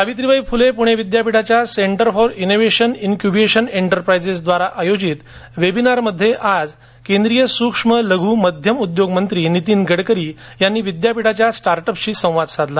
सावित्रीबाई फुले पुणे विद्यापीठाच्या centre for innovation incubation and enterprises द्वारा आयोजित वेबिनारमध्ये आज रोजी केंद्रीय सूक्ष्म लघू आणि मध्यम उद्योग मंत्री नितीन गडकरी यांनी विद्यापीठाच्या स्टार्ट अप्सशी संवाद साधला